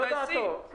לפני החיסונים.